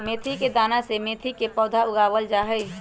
मेथी के दाना से मेथी के पौधा उगावल जाहई